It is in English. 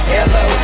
Hello